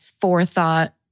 forethought